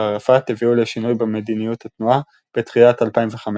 ערפאת הביאו לשינוי במדיניות התנועה בתחילת 2005,